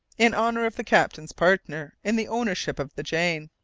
in honour of the captain's partner in the ownership of the jane.